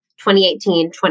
2018